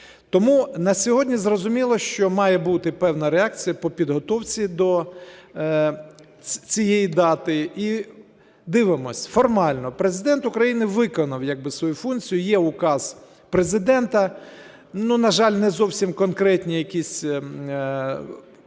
Тому на сьогодні, зрозуміло, що має бути певна реакція по підготовці до цієї дати. І дивимося, формально, Президент України виконав як би свою функцію – є Указ Президента, на жаль, не зовсім конкретні якісь